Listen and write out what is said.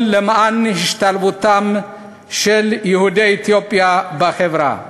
למען השתלבותם של יהודי אתיופיה בחברה.